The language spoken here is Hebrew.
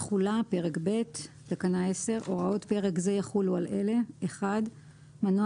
תחולה- פרק ב' 10. הוראות פרק זה יחולו על אלה: מנוע